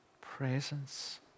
presence